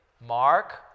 Mark